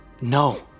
No